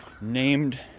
Named